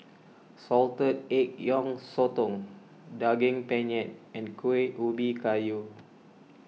Salted Egg Yolk Sotong Daging Penyet and Kueh Ubi Kayu